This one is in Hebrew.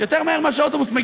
יותר מהר ממה שהאוטובוס מגיע.